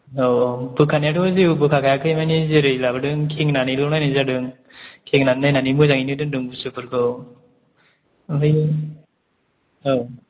औ औ बोखानायाथ' जेबो बोखाखायाखै मानि जेेरै लाबोदों खेंनानैल' नायनाय जादों खेंनानै नायनानै मोजाङैनो दोनदों बुस्थुफोरखौ ओमफ्राय औ